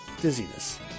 dizziness